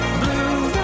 blue